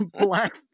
Black